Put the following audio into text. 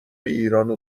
ایرانو